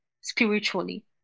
spiritually